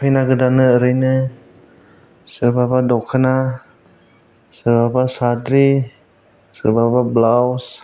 खैना गोदाननो एरैनो सोरबाबा दखना सोरबाबा साद्रि सोरबाबा ब्लाउस